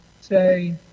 say